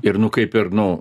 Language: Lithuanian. ir nu kaip ir nu